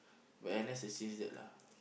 but N_S has changed that lah